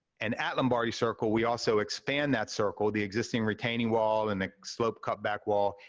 and at lombardi circle, we also expand that circle, the existing retaining wall, and the slope cut back wall,